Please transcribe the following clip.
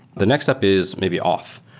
the next step is maybe auth,